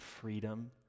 freedom